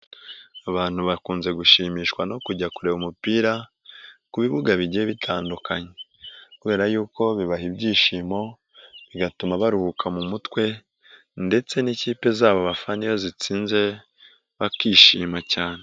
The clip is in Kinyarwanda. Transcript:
Abantu bakunze gushimishwa no kujya kureba umupira ku bibuga bigiye bitandukanye kubera y'uko bibaha ibyishimo bigatuma baruhuka mu mutwe ndetse n'ikipe zabo bafana iyo zitsinze bakishima cyane.